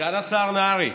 סגן השר נהרי,